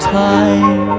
time